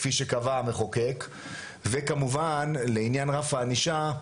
כפי שקבע המחוקק וכמובן לעניין רף הענישה,